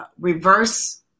reverse